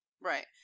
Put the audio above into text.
Right